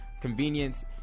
convenience